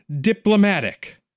diplomatic